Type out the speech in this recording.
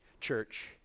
church